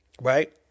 right